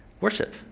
worship